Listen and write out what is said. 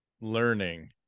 learning